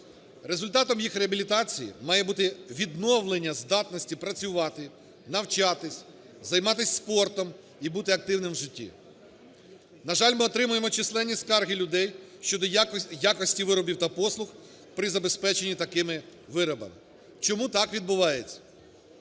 Результатом їх реабілітації має бути відновлення здатності працювати, навчатись, займатись спортом і бути активним в житті. На жаль, ми отримуємо численні скарги людей щодо якості виробів та послуг при забезпеченні такими виробами. Чому так відбувається?